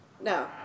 no